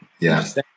Yes